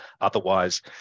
otherwise